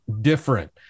different